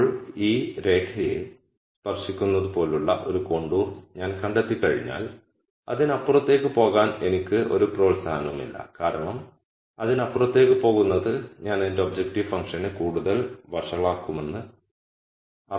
ഇപ്പോൾ ഈ രേഖയെ സ്പർശിക്കുന്നതുപോലുള്ള ഒരു കോണ്ടൂർ ഞാൻ കണ്ടെത്തിക്കഴിഞ്ഞാൽ അതിനപ്പുറത്തേക്ക് പോകാൻ എനിക്ക് ഒരു പ്രോത്സാഹനവുമില്ല കാരണം അതിനപ്പുറത്തേക്ക് പോകുന്നത് ഞാൻ എന്റെ ഒബ്ജക്റ്റീവ് ഫങ്ക്ഷനെ കൂടുതൽ വഷളാക്കുമെന്ന് അർത്ഥമാക്കും